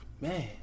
man